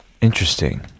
Interesting